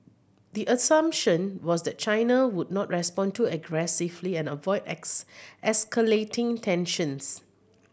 the assumption was that China would not respond too aggressively and avoid ex escalating tensions